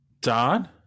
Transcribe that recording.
Don